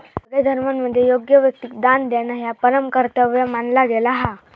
सगळ्या धर्मांमध्ये योग्य व्यक्तिक दान देणा ह्या परम कर्तव्य मानला गेला हा